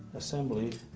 assembly